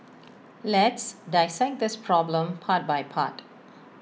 let's dissect this problem part by part